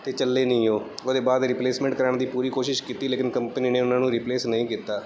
ਅਤੇ ਚੱਲੇ ਨਹੀਂ ਉਹ ਉਹਦੇ ਬਾਅਦ ਰਿਪਲੇਸਮੈਂਟ ਕਰਨ ਦੀ ਪੂਰੀ ਕੋਸ਼ਿਸ਼ ਕੀਤੀ ਲੇਕਿਨ ਕੰਪਨੀ ਨੇ ਉਹਨਾਂ ਨੂੰ ਰਿਪਲੇਸ ਨਹੀਂ ਕੀਤਾ